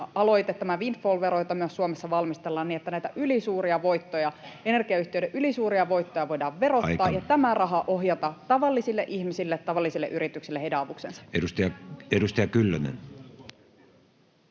windfall-vero, jota myös Suomessa valmistellaan niin, että näitä energiayhtiöiden ylisuuria voittoja voidaan verottaa [Puhemies: Aika!] ja tämä raha ohjata tavallisille ihmisille, tavallisille yrityksille, heidän avuksensa. [Speech